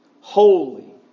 holy